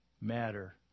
matter